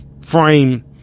frame